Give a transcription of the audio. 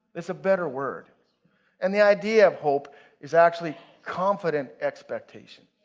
it's a better word and the idea of hope is actually confident expectation.